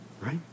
Right